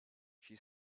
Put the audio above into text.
she